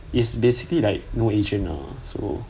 is basically like no agent uh so